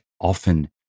often